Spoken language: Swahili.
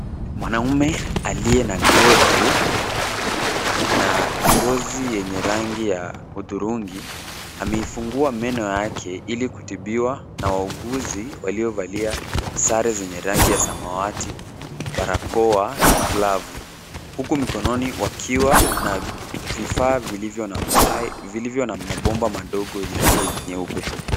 Mwanaume aliye na ndevu na ngozi yenye rangi ya hudhurungi , ameifungua meno yake ili kutibiwa na wauguzi waliovalia sare zenye rangi ya samawati, barakoa na glavu. Huku mkononi wakiwa na vifaa vilivyo na mabomba madogo yenye rangi nyeupe.